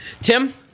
Tim